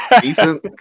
decent